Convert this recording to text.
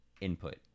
input